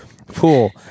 Pool